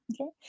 Okay